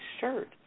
shirt